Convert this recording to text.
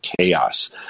chaos